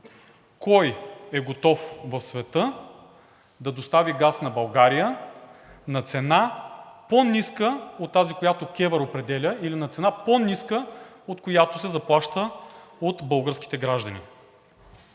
кой е готов в света да достави газ на България на цена, по-ниска от тази, която КЕВР определя, или на цена, по-ниска, от която се заплаща от българските граждани.